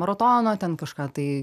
maratono ten kažką tai